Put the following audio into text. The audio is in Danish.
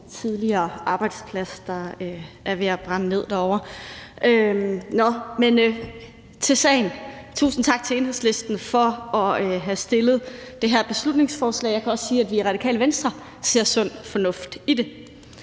tidligere arbejdsplads, der er ved at brænde ned derovre. Nå, men til sagen. Tusind tak til Enhedslisten for at have fremsat det her beslutningsforslag. Jeg kan også sige, at vi i Radikale Venstre ser sund fornuft i det,